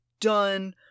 done